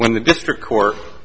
when the district cour